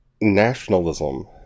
nationalism